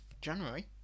January